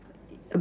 it's a bit